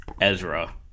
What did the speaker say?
Ezra